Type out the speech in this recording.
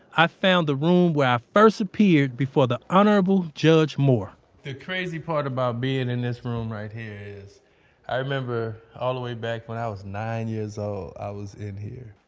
i found the room where i first appeared before the honorable judge moore the crazy part about being in this room right here is i remember all the way back when i was nine years old, i was in here